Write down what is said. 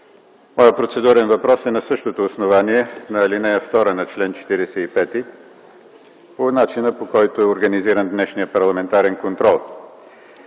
Моят процедурен въпрос е на същото основание – на чл. 45, ал. 2 – по начина, по който е организиран днешният парламентарен контрол.